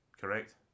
correct